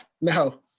No